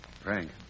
Frank